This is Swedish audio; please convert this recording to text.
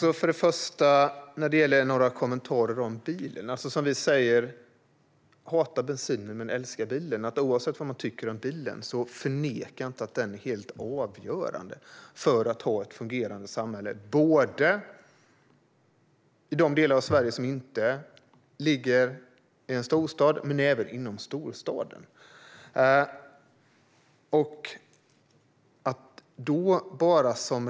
Herr talman! Först gäller det några kommentarer om bilen. Vi säger: Hata bensinen men älska bilen! Oavsett vad man tycker om bilen ska man inte förneka att den är helt avgörande för ett fungerande samhälle. Det gäller både de delar av Sverige som inte ligger i en storstad och de delar som ligger i en storstad.